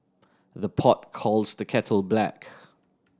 the pot calls the kettle black